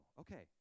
okay